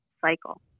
cycle